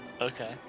Okay